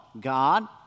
God